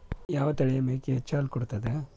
ಯಾವ ತಳಿಯ ಮೇಕಿ ಹೆಚ್ಚ ಹಾಲು ಕೊಡತದ?